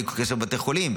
בלי כל קשר לבתי חולים,